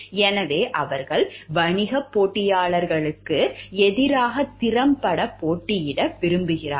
எனவே அவர்கள் வணிக போட்டியாளர்களுக்கு எதிராக திறம்பட போட்டியிட விரும்புகிறார்கள்